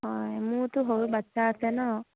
হয় মোৰতো সৰু বাচ্ছা আছে ন